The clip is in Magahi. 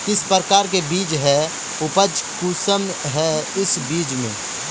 किस प्रकार के बीज है उपज कुंसम है इस बीज में?